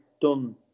done